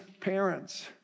parents